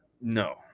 No